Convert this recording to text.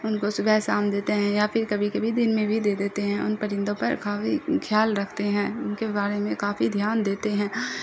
ان کو صبح سام دیتے ہیں یا پھر کبھی کبھی دن میں بھی دے دیتے ہیں ان پرندوں پر کافی خیال رکھتے ہیں ان کے بارے میں کافی دھیان دیتے ہیں